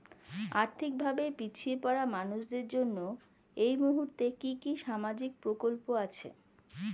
আর্থিক ভাবে পিছিয়ে পড়া মানুষের জন্য এই মুহূর্তে কি কি সামাজিক প্রকল্প আছে?